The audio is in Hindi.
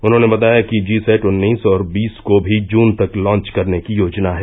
उन्होंने बताया कि जी सैट उन्नीस और बीस को भी जून तक लांच करने की योजना है